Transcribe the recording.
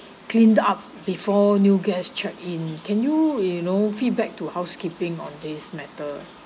cleaned up before new guest check in can you you know feedback to housekeeping on this matter